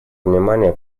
внимание